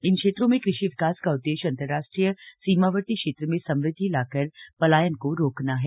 इन क्षेत्रों में कृषि विकास का उद्देश्य अंतरराष्ट्रीय सीमावर्ती क्षेत्र में समृद्धि लाकर पलायन को रोकना है